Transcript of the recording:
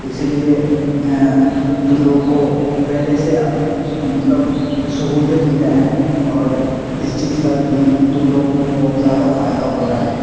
اسی لیے تم لوگ کو پہلے سے مطلب سہولیت ملا ہے اور اس چیز کا تم تم لوگوں کو بہت زیادہ فائدہ ہو رہا ہے